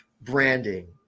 branding